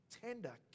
tender